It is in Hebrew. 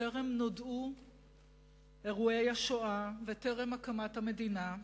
טרם נודעו אירועי השואה וטרם הקמת המדינה,